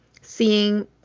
seeing